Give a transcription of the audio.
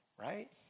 right